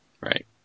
Right